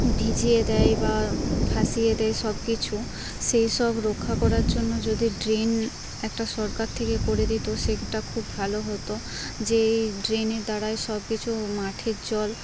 ভিজিয়ে দেয় বা ভাসিয়ে দেয় সব কিছু সেইসব রক্ষা করার জন্য যদি ড্রেন একটা সরকার থেকে করে দিত সেইটা খুব ভালো হত যে ড্রেনের দ্বারাই সবকিছু মাঠের জল